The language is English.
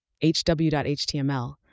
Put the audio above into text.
hw.html